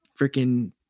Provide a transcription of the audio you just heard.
freaking